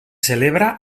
celebra